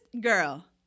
girl